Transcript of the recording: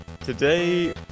Today